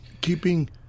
keeping